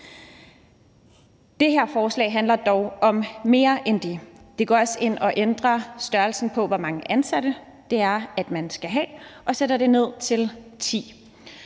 Det her forslag handler dog om mere end det. Det går også ind og ændrer størrelsen på, hvor mange ansatte man skal have, og sætter det ned til 10.